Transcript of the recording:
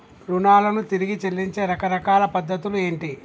రుణాలను తిరిగి చెల్లించే రకరకాల పద్ధతులు ఏంటి?